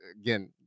again